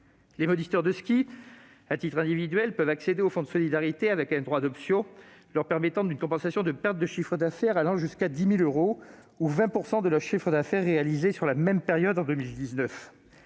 Les moniteurs de ski, à titre individuel, peuvent accéder au fonds de solidarité, avec un droit d'option leur permettant une compensation des pertes de recettes allant jusqu'à 10 000 euros ou 20 % du chiffre d'affaires réalisé sur la même période en 2019.